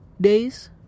days